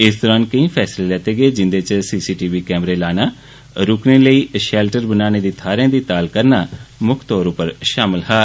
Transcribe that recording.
इस दौरान केंई फैसलें लैते गे जिन्दे च सी सी टी वी कैमरे लाना रुकने लेई शैल्टर बनाने दी थाहरें दी ताल करना मुक्ख तौर पर शामल हा